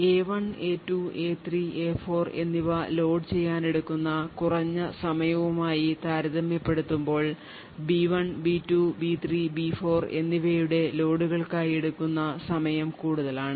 A1 A2 A3 A4 എന്നിവ ലോഡുചെയ്യാൻ എടുക്കുന്ന കുറഞ്ഞ സമയവുമായി താരതമ്യപ്പെടുത്തുമ്പോൾ B1 B2 B3 B4 എന്നിവയുടെ ലോഡുകൾക്കായി എടുക്കുന്ന സമയം കൂടുതലാണ്